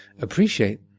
appreciate